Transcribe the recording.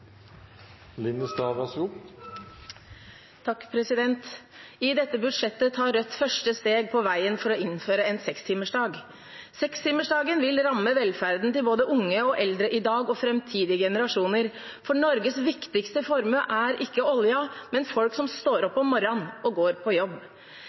I dette budsjettet tar Rødt første steg på veien for å innføre sekstimersdag. Sekstimersdagen vil ramme velferden til både unge og eldre i dag og fremtidige generasjoner. For Norges viktigste formue er ikke oljen, men folk som står